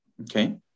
Okay